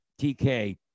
TK